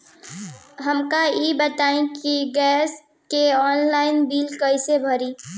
हमका ई बताई कि गैस के ऑनलाइन बिल कइसे भरी?